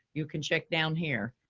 you can check down here,